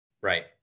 Right